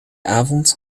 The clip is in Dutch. avond